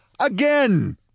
again